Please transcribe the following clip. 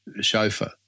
chauffeur